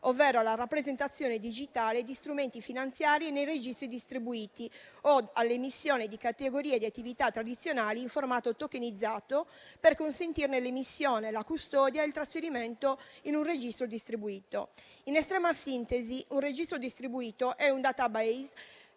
ovvero alla rappresentazione digitale di strumenti finanziari nei registri distribuiti o alle emissioni di categoria di attività tradizionali in formato tokenizzato per consentirne l'emissione, la custodia e il trasferimento in un registro distribuito. In estrema sintesi, un registro distribuito è un *database*,